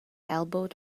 elbowed